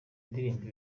indirimbo